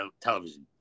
television